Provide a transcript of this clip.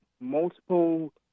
multiple